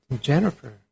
Jennifer